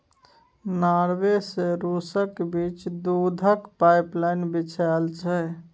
Norway सँ रुसक बीच दुधक पाइपलाइन बिछाएल छै